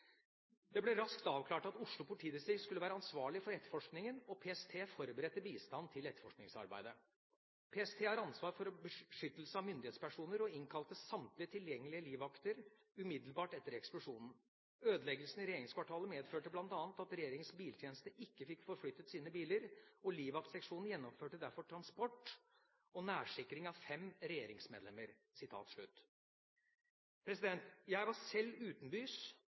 Det ble raskt avklart at Oslo politidistrikt skulle være ansvarlig for etterforskningen og PST forberedte bistand til etterforskningsarbeidet. PST har ansvar for beskyttelse av myndighetspersoner og innkalte samtlige tilgjengelige livvakter umiddelbart etter eksplosjonen. Ødeleggelsene i regjeringskvartalet medførte blant annet at regjeringens biltjeneste ikke fikk forflyttet sine biler, og livvaktseksjonen gjennomførte derfor transport og nærsikring av fem regjeringsmedlemmer.» Jeg var selv utenbys